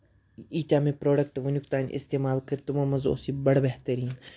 ییٖتیٛاہ مےٚ پرٛوڈَکٹ ؤنیُکتام اِستعمال کٔرۍ تِمو منٛز اوس یہِ بَڈٕ بہتریٖن